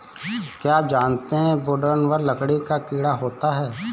क्या आप जानते है वुडवर्म लकड़ी का कीड़ा होता है?